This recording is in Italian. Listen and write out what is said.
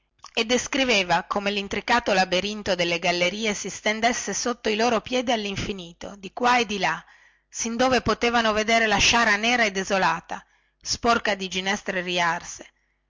e descriveva come lintricato laberinto delle gallerie si stendesse sotto i loro piedi dappertutto di qua e di là sin dove potevano vedere la sciara nera e desolata sporca di ginestre riarse